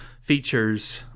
features